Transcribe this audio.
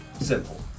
simple